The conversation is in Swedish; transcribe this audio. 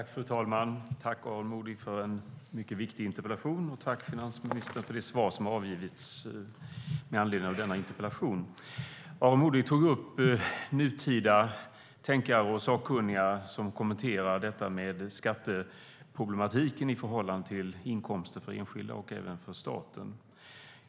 Fru talman! Tack, Aron Modig, för en mycket viktig interpellation, och tack, finansministern, för det svar som har avgivits med anledning av denna interpellation. Aron Modig tog upp nutida tänkare och sakkunniga som kommenterar skatteproblematiken i förhållande till inkomster för enskilda och även för staten.